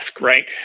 right